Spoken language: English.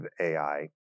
AI